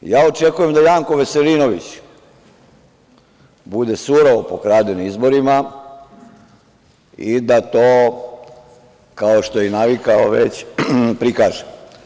Ja očekujem da Janko Veselinović bude surovo pokraden na izborima i da to, kao što je i navikao već, prikaže.